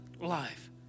life